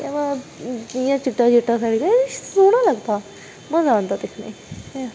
जि'यां चिट्टा चिट्टा आखदे ना सोह्ना लाका मजा आंदा दिक्खने ई